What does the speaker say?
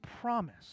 promise